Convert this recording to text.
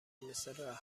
مثل